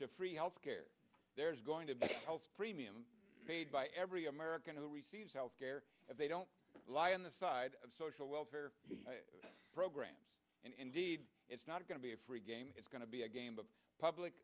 to free health care there's going to be health premium made by every american to receive health care if they don't lie on the side of social welfare programs and indeed it's not going to be a free game it's going to be a game of public